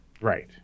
Right